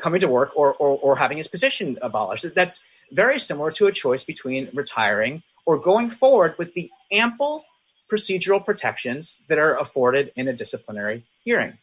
coming to work or having his position abolishes that's very similar to a choice between retiring or going forward with the ample procedural protections that are afforded in the disciplinary hearing